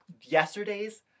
yesterday's